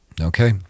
Okay